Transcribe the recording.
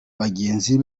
bagenzi